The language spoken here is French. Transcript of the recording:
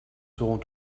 seront